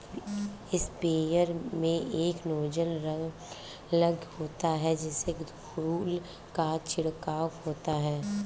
sprayer में एक nozzle लगा होता है जिससे धूल का छिड़काव होता है